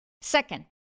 Second